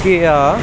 क्या